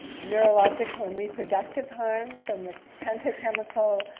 neurological and reproductive harm from the penta chemical.